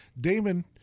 Damon